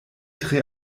tre